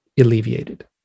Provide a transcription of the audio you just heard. alleviated